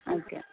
okay